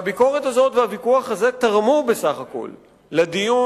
והביקורת הזאת והוויכוח הזה תרמו בסך הכול לדיון